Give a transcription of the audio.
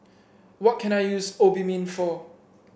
what can I use Obimin for